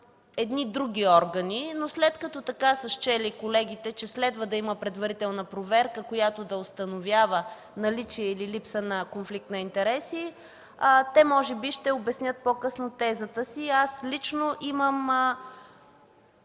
едни други органи. Но след като така са счели колегите, че следва да има предварителна проверка, която да установява наличие или липса на конфликт на интереси, може би по-късно те ще обяснят тезата си. Аз лично имам